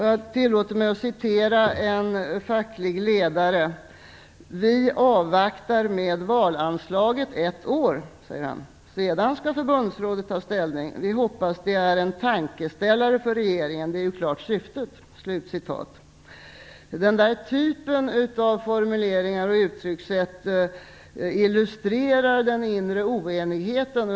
Jag tillåter mig att citera en facklig ledare: Vi avvaktar med valanslaget ett år. Sedan skall förbundsrådet ta ställning. Vi hoppas det är en tankeställare för regeringen. Det är ju klart syftet. Den typen av formuleringar och uttryckssätt illustrerar den inre oenigheten.